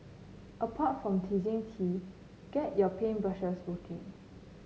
apart from teasing tea get your paint brushes working